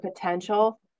potential